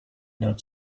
not